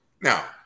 Now